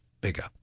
bigger